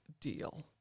deal